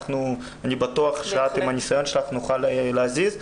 אני בטוח שאת עם הניסיון שלך נוכל להזיז.